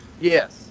Yes